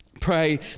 Pray